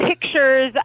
pictures